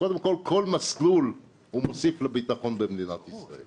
קודם כל כל מסלול מוסיף לביטחון במדינת ישראל,